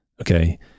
Okay